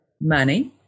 money